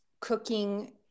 cooking